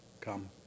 Come